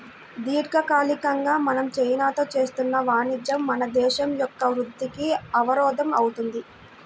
దీర్ఘకాలికంగా మనం చైనాతో చేస్తున్న వాణిజ్యం మన దేశం యొక్క వృద్ధికి అవరోధం అవుతుంది